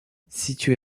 situé